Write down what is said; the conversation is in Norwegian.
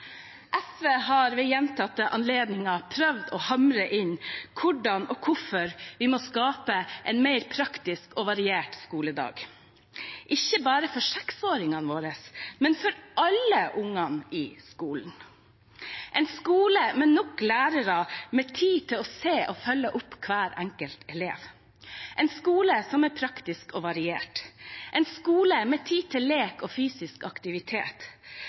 SV har ved gjentatte anledninger prøvd å hamre inn hvordan og hvorfor vi må skape en mer praktisk og variert skoledag, ikke bare for seksåringene våre, men for alle ungene i skolen: en skole med nok lærere, med tid til å se og følge opp hver enkelt elev en skole som er praktisk og variert en skole med tid til lek og fysisk aktivitet